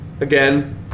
again